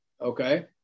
okay